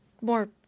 more